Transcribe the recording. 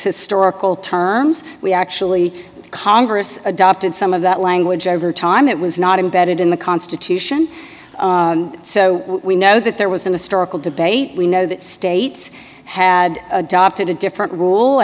historical terms we actually congress adopted some of that language over time it was not embedded in the constitution so we know that there was an historical debate we know that states had adopted a different